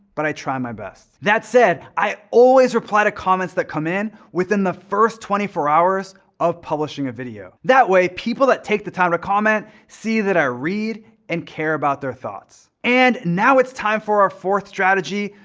but i try my best. that said, i always reply to comments that come in within the first twenty four hours of publishing a video. that way, people that take the time to comment see that i read and care about their thoughts. and now it's time for our fourth strategy,